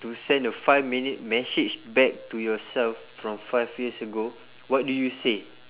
to send a five minute message back to yourself from five years ago what do you say